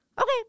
okay